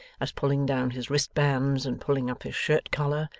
as pulling down his wristbands and pulling up his shirt-collar,